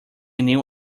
new